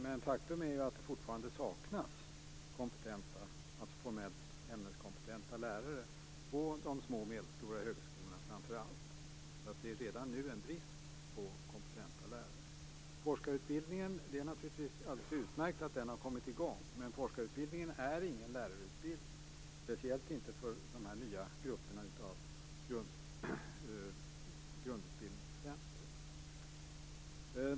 Men faktum är att det fortfarande saknas formellt ämneskompetenta lärare, framför allt på de små och medelstora högskolorna. Det är alltså redan nu brist på kompetenta lärare. Det är naturligtvis alldeles utmärkt att forskarutbildningen har kommit i gång. Men forskarutbildningen är ingen lärarutbildning, speciellt inte för de nya grupperna av grundutbildningsstudenter.